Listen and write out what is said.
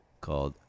called